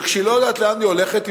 וכשהיא לא יודעת לאן היא הולכת,